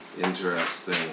Interesting